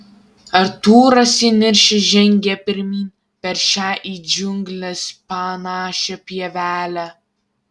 artūras įniršęs žengia pirmyn per šią į džiungles panašią pievelę